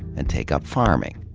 and take up farming.